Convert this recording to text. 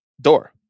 Door